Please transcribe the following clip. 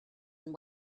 and